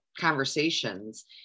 conversations